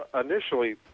initially